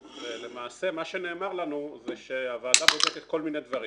למעשה מה שנאמר לנו זה שהוועדה בודקת כל מיני דברים,